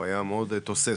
מאוד תוסס,